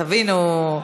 תבינו.